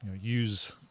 use